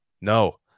No